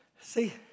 See